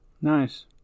Nice